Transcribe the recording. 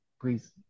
Please